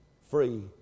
free